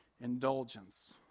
indulgence